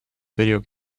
video